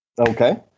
okay